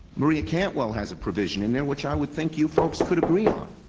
maria cantwell has a provision in there which i would think you folks could agree on,